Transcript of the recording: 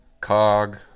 cog